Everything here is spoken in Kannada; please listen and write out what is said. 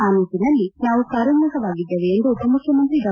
ಆ ನಿಟ್ಟಿನಲ್ಲಿ ನಾವು ಕಾರ್ಯೋನ್ಮಖವಾಗಿದ್ದೇವೆ ಎಂದು ಉಪಮುಖ್ಯಮಂತ್ರಿ ಡಾ